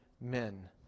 men